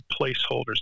placeholders